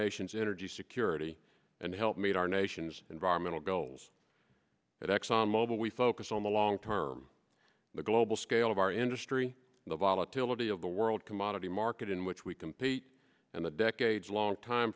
nation's energy security and help meet our nation's environmental goals at exxon mobil we focus on the long term the global scale of our industry the volatility of the world commodity market in which we compete and the decades long time